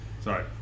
Sorry